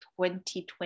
2020